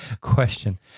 question